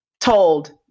told